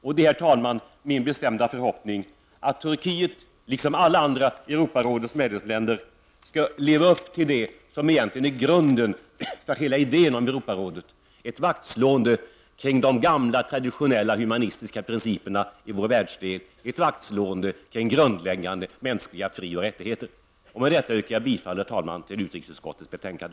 Det är, herr talman, min bestämda förhoppning att Turkiet liksom alla andra Europarådsmedlemmar skall leva upp till det som egentligen är grunden för hela idén om Europarådet, ett vaktslående om de gamla traditionella och humanistiska principerna i vår världsdel, ett vaktslående om grundläggande mänskliga frioch rättigheter. Med detta yrkar jag bifall till hemställan i utskottets betänkande.